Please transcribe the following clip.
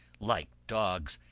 like dogs,